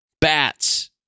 Bats